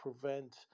prevent